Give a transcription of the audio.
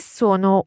sono